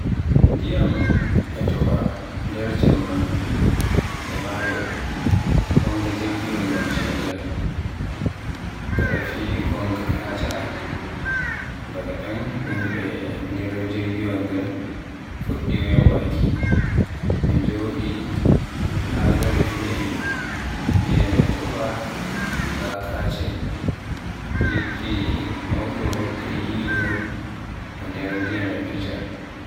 Ndiyam e topa nder jemma e maayo, wonga jirgiwal majji e nder, gada fiy gonga katca. Daga ɗon yimɓe nder jirgiwal ngal fuɗɗi wembaaki. Be Joɗi haa gari fewi ndiyam e topa raa matche, liɗɗi Mawɗo e yilo nder ndiyam e fija.